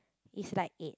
is like eight